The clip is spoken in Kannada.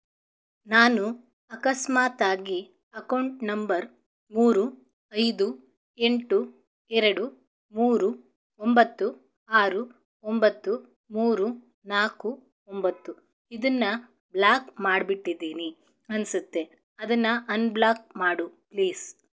ನಾನು ಅಕಸ್ಮಾತ್ತಾಗಿ ಅಕೌಂಟ್ ನಂಬರ್ ಮೂರು ಐದು ಎಂಟು ಎರಡು ಮೂರು ಒಂಬತ್ತು ಆರು ಒಂಬತ್ತು ಮೂರು ನಾಲ್ಕು ಒಂಬತ್ತು ಇದನ್ನು ಬ್ಲಾಕ್ ಮಾಡ್ಬಿಟ್ಟಿದ್ದೀನಿ ಅನಿಸುತ್ತೆ ಅದನ್ನು ಅನ್ಬ್ಲಾಕ್ ಮಾಡು ಪ್ಲೀಸ್